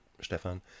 Stefan